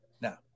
now